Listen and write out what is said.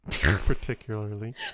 particularly